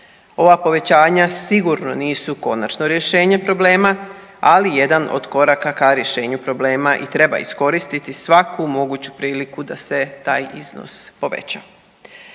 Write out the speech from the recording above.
Ova povećanja sigurno nisu konačno rješenje problema, ali jedan od koraka ka rješenju problema i treba iskoristiti svaku moguću priliku da se taj iznos poveća.